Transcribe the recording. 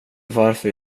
varför